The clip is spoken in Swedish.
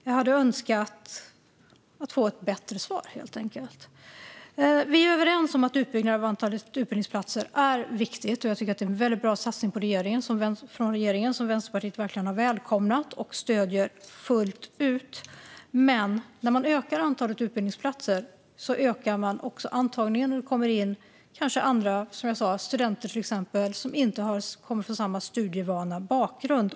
Jag hade önskat få ett bättre svar, helt enkelt. Vi är överens om att utbyggnaden av antalet utbildningsplatser är viktig, och jag tycker att det är en bra satsning från regeringen. Vänsterpartiet har verkligen välkomnat den och stöder den fullt ut. Men när man ökar antalet utbildningsplatser ökar man också antagningen, och då kommer det exempelvis in studenter som inte kommer från en studievan bakgrund.